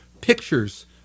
pictures